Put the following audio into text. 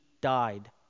died